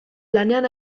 lanean